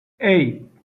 hey